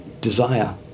desire